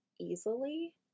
easily